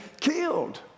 killed